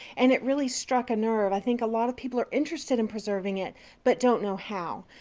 and it really struck a nerve. i think a lot of people are interested in preserving it but don't know how.